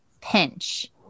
pinch